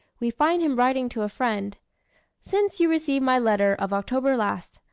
we find him writing to a friend since you received my letter of october last,